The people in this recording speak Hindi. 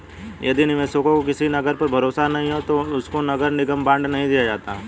यदि निवेशकों को किसी नगर पर भरोसा नहीं है तो उनको नगर निगम बॉन्ड नहीं दिया जाता है